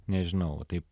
nežinau taip